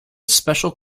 special